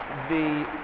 the